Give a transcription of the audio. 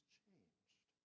changed